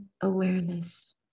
awareness